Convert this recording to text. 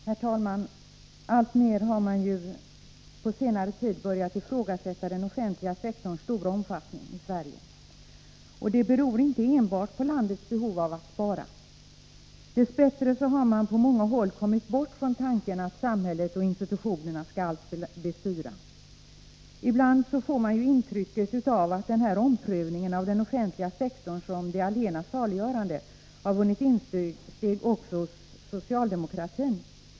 Herr talman! Alltmer har man börjat ifrågasätta den offentliga sektorns stora omfattning i Sverige. Det beror inte endast på landets behov av att spara. Dess bättre har man på många håll kommit bort från tanken att samhället och institutionerna skall allt bestyra. Ibland får man det intrycket att denna omprövning av den offentliga sektorn som det allena saliggörande har vunnit insteg också hos socialdemokratin.